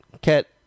cat